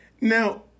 Now